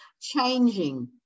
changing